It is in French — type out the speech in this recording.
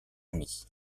ami